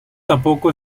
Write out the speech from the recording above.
tampoco